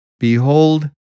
Behold